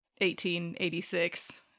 1886